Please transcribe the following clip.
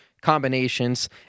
combinations